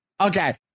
Okay